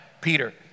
Peter